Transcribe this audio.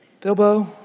Bilbo